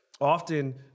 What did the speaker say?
Often